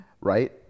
right